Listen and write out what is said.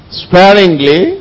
sparingly